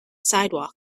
sidewalk